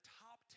top